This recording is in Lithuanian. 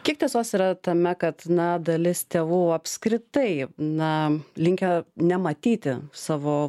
kiek tiesos yra tame kad na dalis tėvų apskritai na linkę nematyti savo